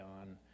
on